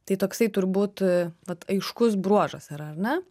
tai toksai turbūt vat aiškus bruožas yra ar ne